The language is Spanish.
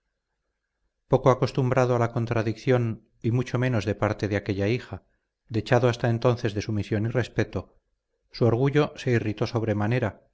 poco acostumbrado a la contradicción y mucho menos de parte de aquella hija dechado hasta entonces de sumisión y respeto su orgullo se irritó